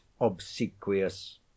obsequious